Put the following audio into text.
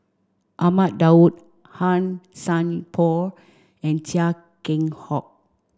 Ahmad Daud Han Sai Por and Chia Keng Hock